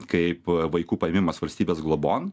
kaip vaikų paėmimas valstybės globon